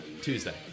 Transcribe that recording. Tuesday